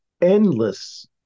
endless